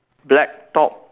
black top